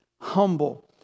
humble